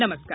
नमस्कार